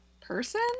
person